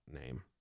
name